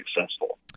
successful